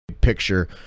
picture